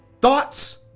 thoughts